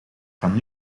van